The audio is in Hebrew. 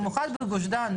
במיוחד בגוש דן,